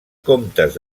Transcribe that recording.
comtes